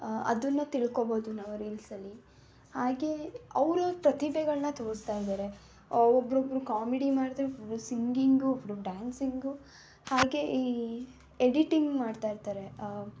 ಅದನ್ನ ತಿಳ್ಕೊಳ್ಬೋದು ನಾವು ರೀಲ್ಸಲ್ಲಿ ಹಾಗೇ ಅವ್ರವ್ರ ಪ್ರತಿಭೆಗಳನ್ನ ತೋರಿಸ್ತಾ ಇದ್ದಾರೆ ಒಬ್ಬರೊಬ್ರು ಕಾಮಿಡಿ ಮಾಡಿದ್ರೆ ಒಬ್ಬರು ಸಿಂಗಿಂಗು ಒಬ್ಬರು ಡ್ಯಾನ್ಸಿಂಗು ಹಾಗೆ ಈ ಎಡಿಟಿಂಗ್ ಮಾಡ್ತಾಯಿರ್ತಾರೆ